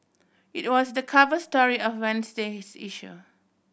it was the cover story of Wednesday's issue